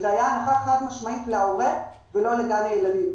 וזו הייתה הנחה חד-משמעית להורה ולא לגן ילדים.